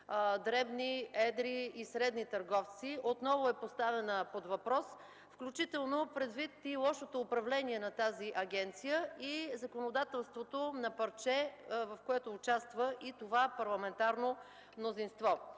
дребни, средни и едри търговци, отново е поставена под въпрос, включително предвид лошото управление на агенцията и законодателството на парче, в което участва и това парламентарно мнозинство.